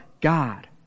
God